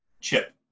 Chip